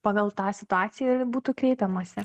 pagal tą situaciją ir būtų kreipiamasi